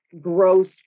gross